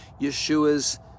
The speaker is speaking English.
Yeshua's